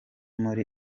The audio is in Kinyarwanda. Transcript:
muri